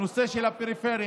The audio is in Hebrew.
הנושא של הפריפריה.